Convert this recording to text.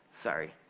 sorry.